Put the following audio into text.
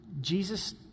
Jesus